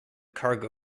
cargo